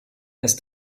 ist